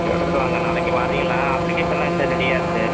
எடுத்துகிட்டு வாங்க நாளைக்கு வர்றீகளா அப்ளிகேஷன்லாம் என்கிட்ட ரெடியாக இருக்கு